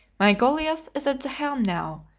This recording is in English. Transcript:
my goliath is at the helm now,